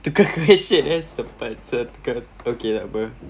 tukar question eh sempat sia tukar okay takpe